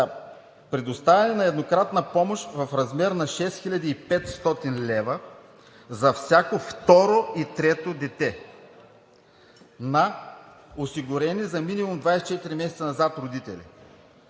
Предоставяне на еднократна помощ в размер на 6500 лв. за всяко второ и трето дете на осигурени за минимум 24 месеца назад родители.